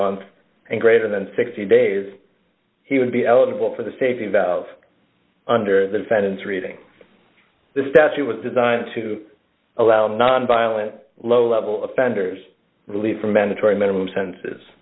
month and greater than sixty days he would be eligible for the safety valve under the defendant's reading the statute was designed to allow nonviolent low level offenders released from mandatory minimum sen